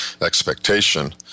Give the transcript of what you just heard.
expectation